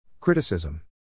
Criticism